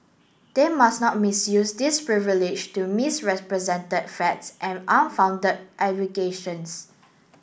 they must not misuse this privilege to misrepresented facts and unfounded aggregrations